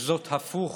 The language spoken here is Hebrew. וזאת הפוך